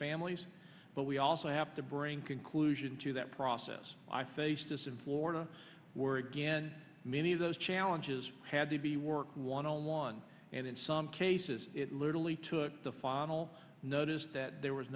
families but we also have to bring conclusion to that process i faced this in florida were again many of those challenges had to be worked one on one and in some cases it literally took the final notice that there was